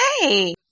hey